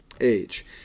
age